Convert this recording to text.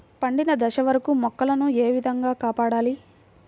పండిన దశ వరకు మొక్కల ను ఏ విధంగా కాపాడాలి?